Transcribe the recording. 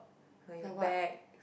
like bags